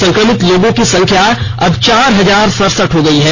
संक्रमित लोगों की संख्या अब चार हजार सरसठ हो गई है